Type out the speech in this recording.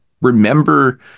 remember